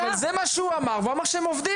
אבל זה מה שהוא אמר והוא אמר שהם עובדים